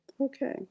Okay